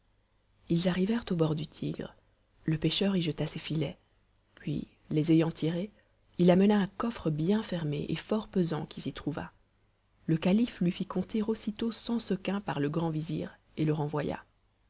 ils arrivèrent au bord du tigre le pêcheur y jeta ses filets puis les ayant tirés il amena un coffre bien fermé et fort pesant qui s'y trouva le calife lui fit compter aussitôt cent sequins par le grand vizir et le